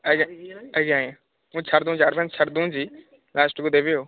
ଆଜ୍ଞା ଆଜ୍ଞା ଆଜ୍ଞା ମୁଁ ଛାଡ଼ିଦେଉଛି ମୁଁ ଆଡଭାନ୍ସ୍ ଛାଡ଼ିଦେଉଛି ଲାଷ୍ଟକୁ ଦେବି ଆଉ